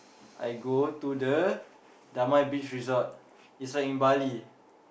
I go to the Damai beach resort it's like in Bali